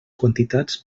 quantitats